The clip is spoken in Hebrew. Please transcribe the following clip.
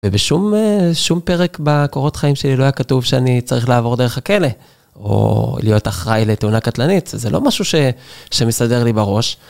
ובשום אה... שום פרק בקורות חיים שלי לא היה כתוב שאני צריך לעבור דרך הכלא, או להיות אחראי לתאונה קטלנית, זה לא משהו ש.. שמסתדר לי בראש.